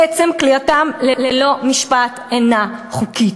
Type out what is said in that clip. עצם כליאתם ללא משפט אינה חוקית.